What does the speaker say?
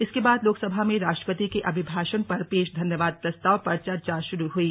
इसके बाद लोकसभा में राष्ट्रपति के अभिभाषण पर पेश धन्यवाद प्रस्ताव पर चर्चा शुरू हुई